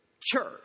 church